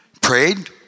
Prayed